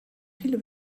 viele